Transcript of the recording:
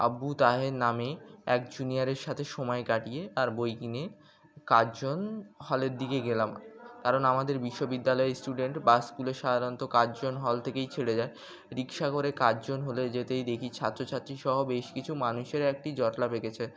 আবু তাহের নামে এক জুনিয়রের সাথে সময় কাটিয়ে আর বই কিনে কার্জন হলের দিকে গেলাম কারণ আমাদের বিশ্ববিদ্যালয়ের স্টুডেন্টস বাস স্কুলে সাধারণত কার্জন হল থেকেই ছেড়ে যায় রিক্সা করে কার্জন হলে যেতেই দেখি ছাত্রছাত্রী সহ বেশ কিছু মানুষের একটি জটলা বেঁধেছে